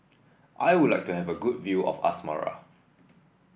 I would like to have a good view of Asmara